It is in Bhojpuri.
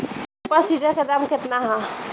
सुपर सीडर के दाम केतना ह?